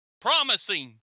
Promising